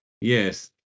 yes